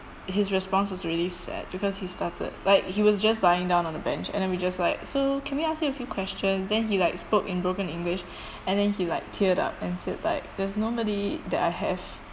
his response was really sad because he started like he was just lying down on the bench and then we just like so can we ask you a few questions then he like spoke in broken english and then he like teared up and said like there's nobody that I have